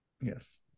Yes